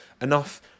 enough